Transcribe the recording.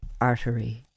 artery